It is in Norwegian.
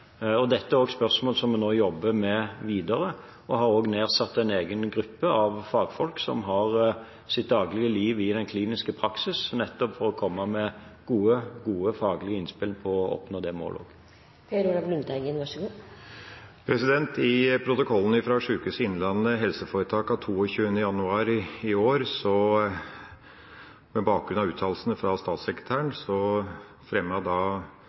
Dette er spørsmål som vi jobber med videre, og vi har nedsatt en egen gruppe av fagfolk som har sitt daglige liv i den kliniske praksisen, nettopp for å komme med gode faglige innspill for å oppnå det målet. I protollen fra Sykehuset Innlandet HF av 22. januar i år fremmet direktør Morten Lang-Ree, med bakgrunn i uttalelsene fra statssekretæren,